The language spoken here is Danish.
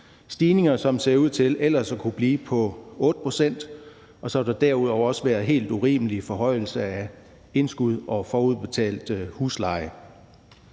stigninger, som ser ud til ellers at kunne blive på 8 pct. Og så har der derudover også været helt urimelige forhøjelser af indskud og forudbetalt husleje.